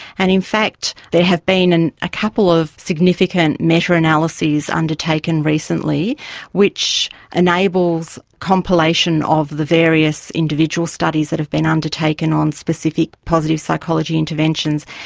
and in fact there have been and a couple of significant meta-analyses undertaken recently which enables compilation of the various individual studies that have been undertaken on specific positive psychology interventions,